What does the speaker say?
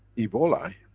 ebola,